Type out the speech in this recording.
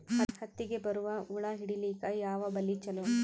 ಹತ್ತಿಗ ಬರುವ ಹುಳ ಹಿಡೀಲಿಕ ಯಾವ ಬಲಿ ಚಲೋ?